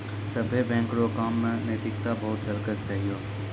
सभ्भे बैंक रो काम मे नैतिकता बहुते झलकै के चाहियो